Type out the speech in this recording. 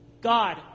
God